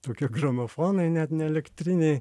tokie gramofonai net neelektriniai